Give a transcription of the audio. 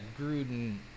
Gruden